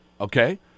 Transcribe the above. Okay